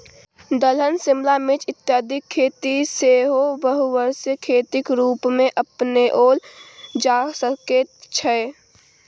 दलहन शिमला मिर्च इत्यादिक खेती सेहो बहुवर्षीय खेतीक रूपमे अपनाओल जा सकैत छै